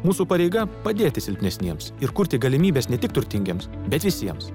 mūsų pareiga padėti silpnesniems ir kurti galimybes ne tik turtingiems bet visiems